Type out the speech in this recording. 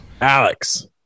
Alex